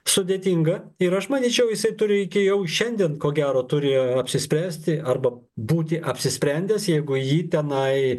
sudėtinga ir aš manyčiau jisai turi iki jau šiandien ko gero turi jau apsispręsti arba būti apsisprendęs jeigu jį tenai